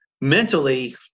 mentally